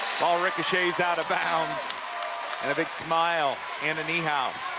ball ricochets out of bounds and a big smile, anna niehaus.